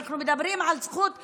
אנחנו מדברים על זכות האזרחים.